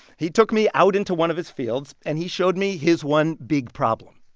he took me out into one of his fields and he showed me his one big problem.